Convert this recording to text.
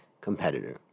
competitor